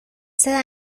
seda